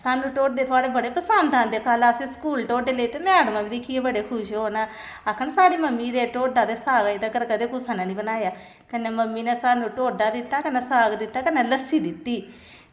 सानूं ढोड्डे थुआढ़ै बड़े पसंद औंदे कल्ल असें स्कूल ढोड्डे लेते मैडम दिक्खियै बड़े खुश होन आखन साढ़ी मम्मी जेह् ढोड्डा ते साग अजें तगर कदें कुसै ने निं बनाया ऐ कन्नै मम्मी ने सानूं ढोड्डा दित्ता कन्नै साग दित्ता कन्नै लस्सी दित्ती